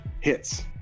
Hits